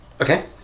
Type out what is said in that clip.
okay